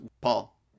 Paul